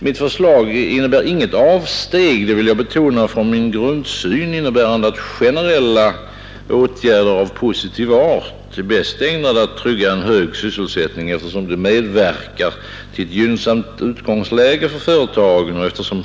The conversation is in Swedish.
Mitt förslag innebär inget avsteg — det vill jag betona — från min grundsyn, innebärande att generella åtgärder av positiv art är bäst ägnade att trygga en hög sysselsättning, eftersom de medverkar till ett gynnsamt utgångsläge för företagen.